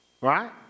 Right